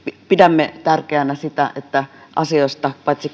pidämme tärkeänä sitä että paitsi